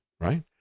right